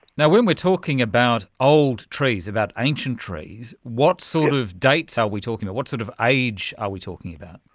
yeah when we are talking about old trees, about ancient trees what sort of dates are we talking about, what sort of age are we talking about?